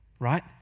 right